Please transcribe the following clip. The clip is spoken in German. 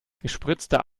gespritzter